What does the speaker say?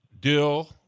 dill